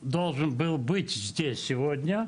(דבריו מתורגמים סימולטנית מרוסית לעברית ע"י ז'אנה טברסקי)